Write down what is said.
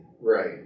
right